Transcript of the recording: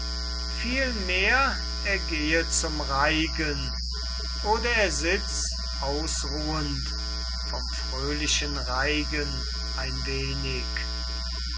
vielmehr er gehe zum reigen oder er sitz ausruhend vom fröhlichen reigen ein wenig